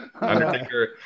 Undertaker